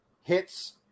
hits